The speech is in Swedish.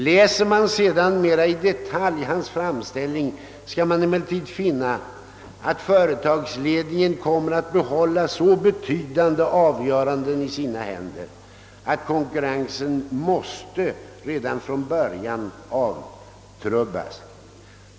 Läser man sedan mera i detalj hans framställning, skall man emellertid finna att företagsledningen kommer att behålla så betydande avgöranden i sina händer, att konkurrensen redan från början måste avtrubbas.